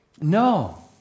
no